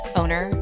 owner